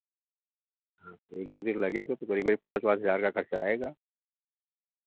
हाँ तो एक दो दिन लगेगा तो करीब करीब पाँच वाच हज़ार का खर्चा आएगा